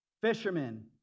Fishermen